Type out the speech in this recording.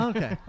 Okay